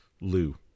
Lou